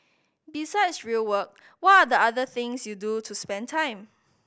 besides real work what are the other things you do to spend time